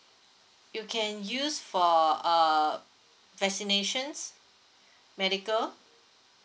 you can use for uh vaccinations medical